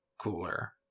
cooler